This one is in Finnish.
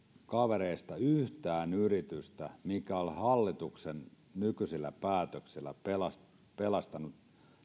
kavereistani yhtään yritystä mikä on hallituksen nykyisillä päätöksillä pelastanut pelastanut